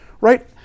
right